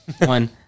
one